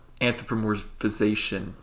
anthropomorphization